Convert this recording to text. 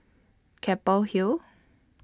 Keppel Hill